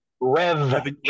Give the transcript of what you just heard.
Rev